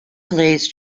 plays